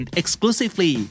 exclusively